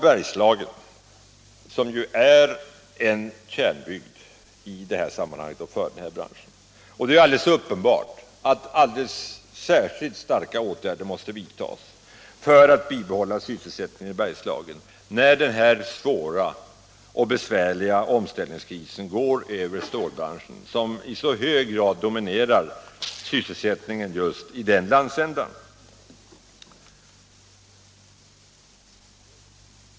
Bergslagen är ju en kärnbygd i det här sammanhanget och för de branscherna. Det är alldeles uppenbart att speciellt starka åtgärder måste vidtas för att bibehålla sysselsättningen i Bergslagen när den här svåra och be svärliga omställningskrisen går över stålbranschen, som i så hög grad dominerar sysselsättningen i just den landsändan.